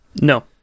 No